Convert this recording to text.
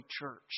church